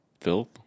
filth